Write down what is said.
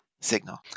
signal